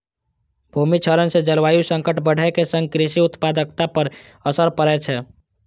भूमि क्षरण सं जलवायु संकट बढ़ै के संग कृषि उत्पादकता पर असर पड़ै छै